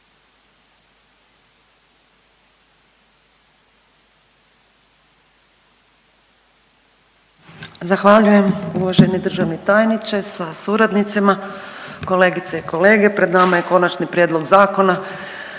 Zahvaljujem. Uvaženi državni tajniče sa suradnicima, kolegice i kolege pred nama je Konačni prijedlog Zakona